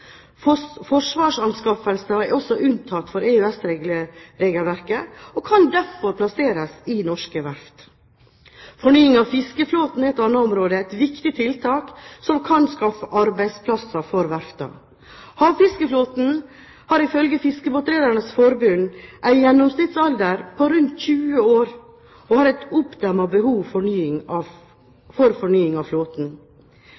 næring. Forsvarsanskaffelser er også unntatt fra EØS-regelverket og kan derfor plasseres i norske verft. Fornying av fiskeflåten er et annet viktig tiltak som kan skape arbeidsplasser for verftene. Havfiskeflåten har ifølge Fiskebåtredernes Forbund en gjennomsnittsalder på rundt 20 år, og det er et oppdemmet behov for fornying av